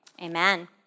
Amen